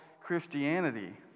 Christianity